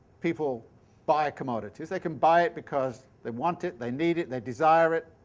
people buy commodities. they can buy it because they want it, they need it, they desire it.